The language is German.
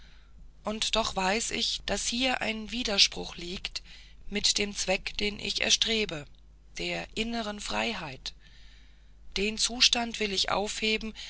und doch weiß ich daß hier ein widerspruch liegt mit dem zweck den ich erstrebe der inneren freiheit den zustand will ich aufheben